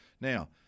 Now